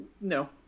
no